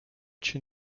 cię